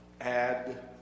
add